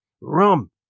rum